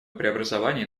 преобразований